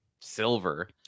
Silver